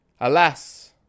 Alas